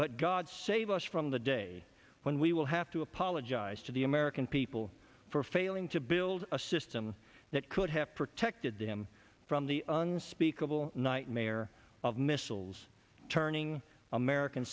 but god save us from the day when we will have to apologize to the american people for failing to build a system that could have protected them from the unspeakable nightmare of missiles turning american